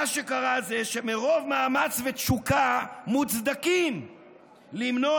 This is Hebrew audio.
מה שקרה זה שמרוב מאמץ ותשוקה מוצדקים למנוע